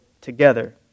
together